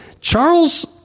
Charles